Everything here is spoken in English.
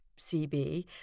CB